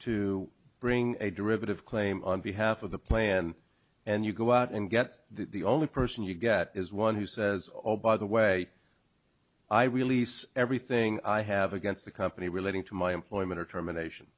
to bring a derivative claim on behalf of the plan and you go out and get the only person you got is one who says oh by the way i release everything i have against the company relating to my employment or termination